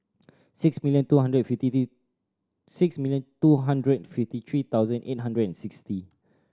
six million two hundred six million two hundred fifty three thousand eight hundred and sixty